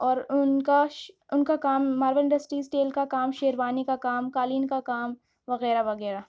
اور ان کا ان کا کام مارول انڈسٹریز اسٹیل کا کام شیروانی کا کام قالین کا کام وغیرہ وغیرہ